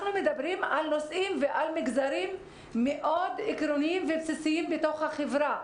מדברים שם על נושאים עקרוניים בתוך החברה.